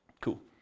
Cool